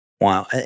Wow